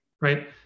right